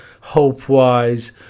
hope-wise